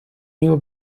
new